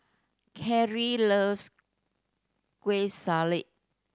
Carlee loves Kueh Salat